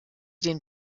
den